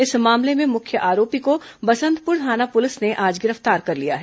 इस मामले में मुख्य आरोपी को बसंतपुर थाना पुलिस ने आज गिरफ्तार कर लिया है